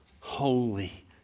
holy